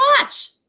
watch